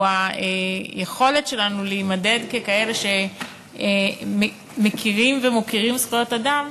או היכולת שלנו להימדד ככאלה שמכירים בזכויות אדם ומוקירים זכויות אדם,